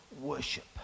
worship